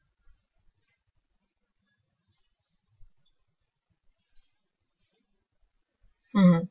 mm